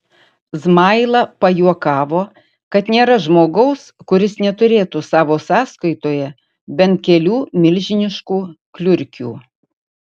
zmaila pajuokavo kad nėra žmogaus kuris neturėtų savo sąskaitoje bent kelių milžiniškų kliurkių